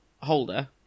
holder